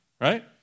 Right